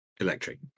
Electric